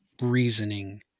reasoning